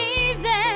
easy